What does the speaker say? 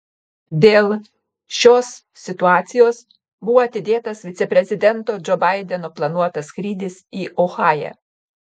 dėl šios situacijos buvo atidėtas viceprezidento džo baideno planuotas skrydis į ohają